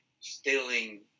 stealing